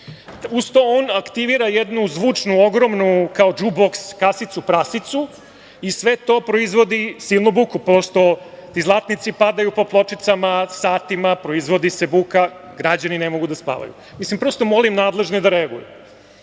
Uz to, on aktivira jednu zvučnu ogromnu, kao džuboks kasicu prasicu i sve to proizvodi silnu buku, pošto ti zlatnici padaju po pločicama satima, proizvodi se buka, građani ne mogu da spavaju. Molim nadležne da reaguju. Što